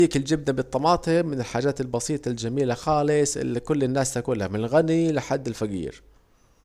عنديك الجبة بالطماطم من الحاجات البسيطة الجميلة خالص الي كل الناس تاكلها من الغني لحد الفجير